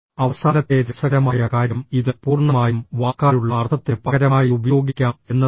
അവസാനത്തെ രസകരമായ കാര്യം ഇത് പൂർണ്ണമായും വാക്കാലുള്ള അർത്ഥത്തിന് പകരമായി ഉപയോഗിക്കാം എന്നതാണ്